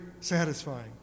satisfying